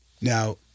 Now